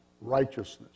righteousness